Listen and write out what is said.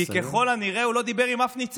כי ככל הנראה הוא לא דיבר עם אף ניצב.